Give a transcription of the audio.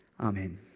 Amen